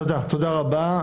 תודה רבה.